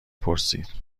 پرسید